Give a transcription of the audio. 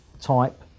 type